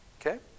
Okay